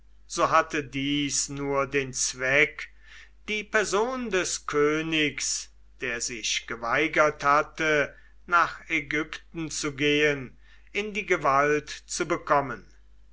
so hatte dies nur den zweck die person des königs der sich geweigert hatte nach ägypten zu gehen in die gewalt zu bekommen